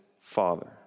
father